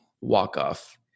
walk-off